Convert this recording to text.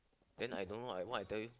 then I don't know what I tell you